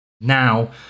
Now